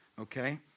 okay